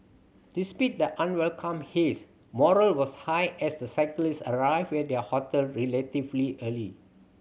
the unwelcome haze morale was high as the cyclists arrived at their hotel relatively early